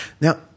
Now